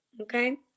okay